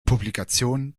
publikation